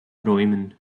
räumen